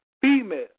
female